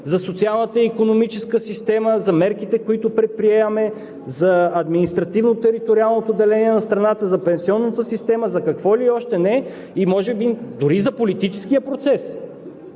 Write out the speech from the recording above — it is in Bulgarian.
за социалната икономическа система, за мерките, които предприемаме, за административно-териториалното деление на страната, за пенсионната система, за какво ли още не… Може би дори и за политическия процес